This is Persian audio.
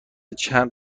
چند